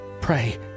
Pray